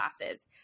classes